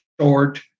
short